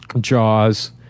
Jaws